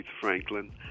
Franklin